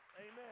Amen